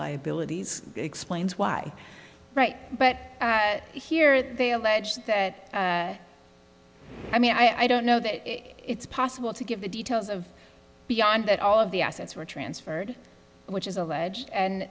liabilities explains why right but here they allege that i mean i don't know that it's possible to give the details of beyond that all of the assets were transferred which is alleged and